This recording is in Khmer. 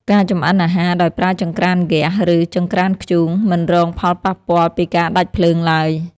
ការចម្អិនអាហារដោយប្រើចង្រ្កានហ្គាស ឬចង្រ្កានធ្យូង មិនរងផលប៉ះពាល់ពីការដាច់ភ្លើងឡើយ។